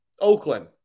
Oakland